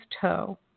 toe